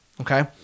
Okay